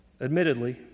Admittedly